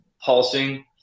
pulsing